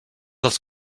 dels